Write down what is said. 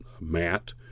mat